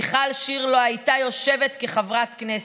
מיכל שיר לא הייתה יושבת כחברת כנסת.